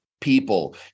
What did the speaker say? people